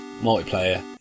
multiplayer